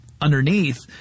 underneath